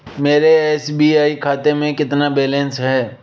मेरे S B I खाते में कितना बैलेंस है